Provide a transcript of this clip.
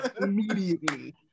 immediately